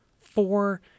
four